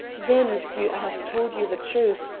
there, monsieur, i have told you the truth,